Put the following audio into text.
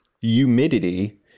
humidity